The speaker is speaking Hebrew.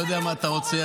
אני לא יודע מה אתה רוצה,